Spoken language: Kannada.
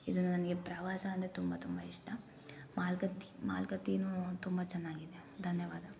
ಇದು ನನಗೆ ಪ್ರವಾಸ ಅಂದರೆ ತುಂಬ ತುಂಬ ಇಷ್ಟ ಮಾಲಗತ್ತಿ ಮಾಲಗತ್ತಿನು ತುಂಬ ಚೆನ್ನಾಗಿದೆ ಧನ್ಯವಾದ